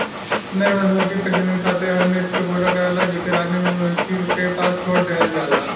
नर मधुमक्खी प्रजनन खातिर हर नृत्य के पूरा करला जेके रानी मधुमक्खी के पास छोड़ देहल जाला